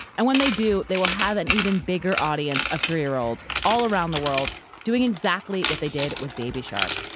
and when they do, they will have an even bigger audience of three-year-olds all around the world doing exactly what they did with baby shark,